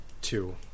two